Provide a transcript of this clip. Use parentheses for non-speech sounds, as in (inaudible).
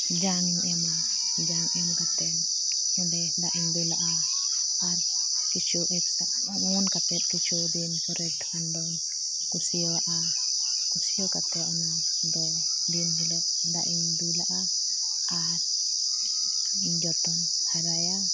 ᱡᱟᱝ ᱤᱧ ᱮᱢᱟ ᱡᱟᱝ ᱮᱢ ᱠᱟᱛᱮᱫ ᱚᱸᱰᱮ ᱫᱟᱜ ᱤᱧ ᱫᱩᱞᱟᱜᱼᱟ ᱟᱨ ᱠᱤᱪᱷᱩ (unintelligible) ᱚᱢᱚᱱ ᱠᱟᱛᱮᱫ ᱠᱤᱪᱷᱫᱤᱱ ᱯᱚᱨᱮ ᱠᱷᱚᱱ ᱫᱚᱧ ᱠᱩᱥᱤᱭᱟᱹᱣᱟᱜᱼᱟ ᱠᱩᱥᱤᱭᱟᱹᱣ ᱠᱟᱛᱮᱫ ᱚᱱᱟᱫᱚ ᱫᱤᱱ ᱦᱤᱞᱳᱜ ᱫᱟᱜ ᱤᱧ ᱫᱩᱞᱟᱜᱼᱟ ᱟᱨᱤᱧ ᱡᱚᱛᱚᱱ ᱦᱟᱨᱟᱭᱟ